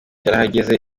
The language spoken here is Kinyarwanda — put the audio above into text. yarahageze